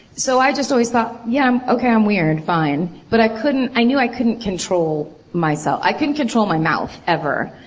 so i just always thought, yeah. ok. i'm weird. fine. but i couldn't. i knew i couldn't control myself. i couldn't control my mouth, ever.